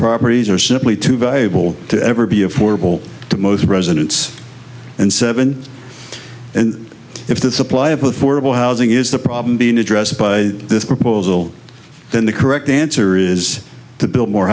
properties are simply too valuable to ever be affordable to most residents and seven and if the supply of affordable housing is the problem being addressed by this proposal then the correct answer is to build more